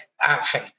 action